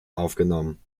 aufgenommen